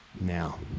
now